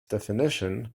definition